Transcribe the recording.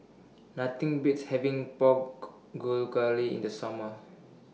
Nothing Beats having Pork in The Summer